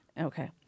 Okay